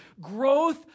Growth